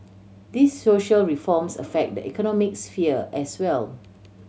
these social reforms affect the economic sphere as well